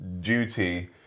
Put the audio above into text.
duty